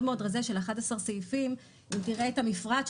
מאוד רזה של 11 סעיפים תראה את המפרט,